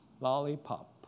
Lollipop